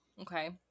Okay